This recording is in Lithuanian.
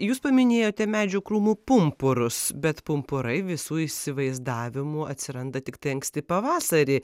jūs paminėjote medžių krūmų pumpurus bet pumpurai visų įsivaizdavimu atsiranda tiktai anksti pavasarį